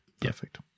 perfect